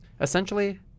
Essentially